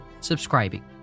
subscribing